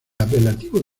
apelativo